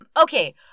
Okay